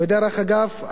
ודרך אגב,